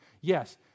Yes